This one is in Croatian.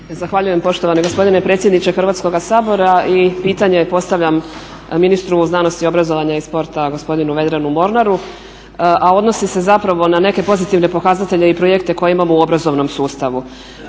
Zahvaljujem poštovani gospodine predsjedniče Hrvatskoga sabora. Pitanje postavljam ministru znanosti, obrazovanja i sporta gospodinu Vedranu Mornaru, a odnosi se zapravo na neke pozitivne pokazatelje i projekte koje imamo u obrazovnom sustavu.